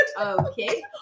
Okay